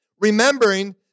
Remembering